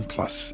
Plus